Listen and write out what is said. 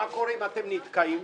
מה קורה אם אתם נתקעים?